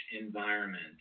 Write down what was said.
environment